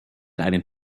einem